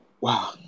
wow